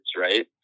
right